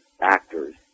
actors